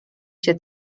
się